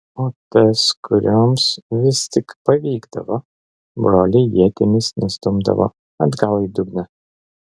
o tas kurioms vis tik pavykdavo broliai ietimis nustumdavo atgal į dugną